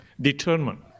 determine